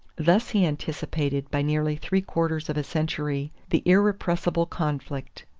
thus he anticipated by nearly three-quarters of a century the irrepressible conflict.